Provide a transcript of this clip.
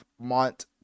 Mont